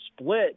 split